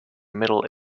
middle